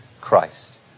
Christ